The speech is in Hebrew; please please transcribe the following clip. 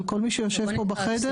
על כל מי שיושב פה בחדר,